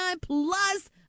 plus